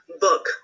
book